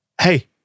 hey